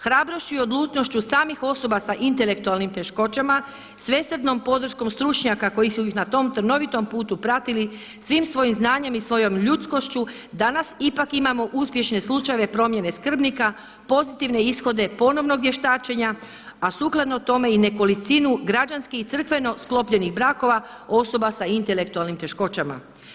Hrabrošću i odlučnošću samih osoba sa intelektualnim teškoćama, svesrdnom podrškom stručnjaka koji su ih na tom trnovitom putu pratili svim svojim znanjem i svojom ljudskošću danas ipak imamo uspješne slučajeve promjene skrbnika, pozitivne ishode ponovnog vještačenja a sukladno tome i nekolicinu građanskih i crkveno sklopljenih brakova osoba sa intelektualnim teškoćama.